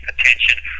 attention